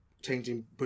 changing